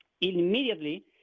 immediately